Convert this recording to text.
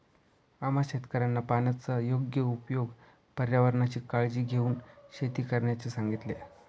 आम्हा शेतकऱ्यांना पाण्याचा योग्य उपयोग, पर्यावरणाची काळजी घेऊन शेती करण्याचे सांगितले